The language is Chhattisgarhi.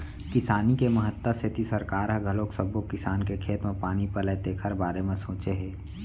किसानी के महत्ता सेती सरकार ह घलोक सब्बो किसान के खेत म पानी पलय तेखर बारे म सोचे हे